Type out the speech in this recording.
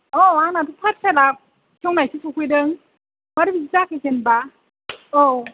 औ आंना बे पार्सेला जनायसो सौफैदों माबोरै बिदि जाखो जेनेबा औ